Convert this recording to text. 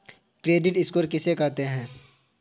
Credit score किसे कहते हैं?